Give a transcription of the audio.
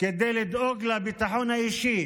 כדי לדאוג לביטחון האישי